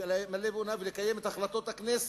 "ולקיים את החלטות הכנסת".